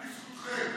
חבל לי על הזמן.